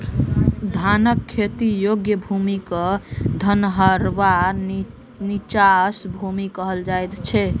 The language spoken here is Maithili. धानक खेती योग्य भूमि क धनहर वा नीचाँस भूमि कहल जाइत अछि